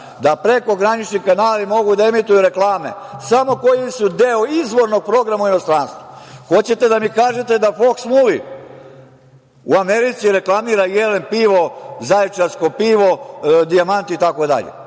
da prekogranični kanali mogu da emituju reklame samo koje su deo izvornog programa u inostranstvu. Hoćete da mi kažete da „Foks muvi“ u Americi reklamira „“Jelen pivo“, „Zaječarsko pivo“, „Dijamant“, itd.?